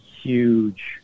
huge